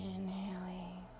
Inhaling